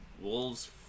Wolves